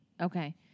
Okay